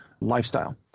lifestyle